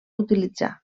utilitzar